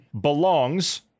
belongs